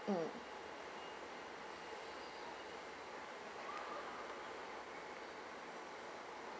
mm